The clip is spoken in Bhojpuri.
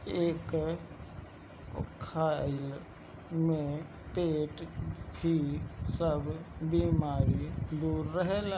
एके खइला से पेट के भी सब बेमारी दूर रहेला